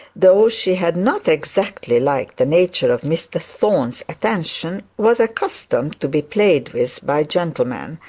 though she had not exactly liked the nature of mr thorne's attention, was accustomed to be played with by gentlemen,